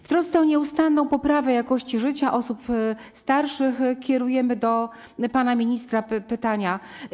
W trosce o nieustanną poprawę jakości życia osób starszych kierujemy do pana ministra pytanie: